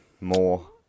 more